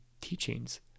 teachings